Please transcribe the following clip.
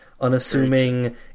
unassuming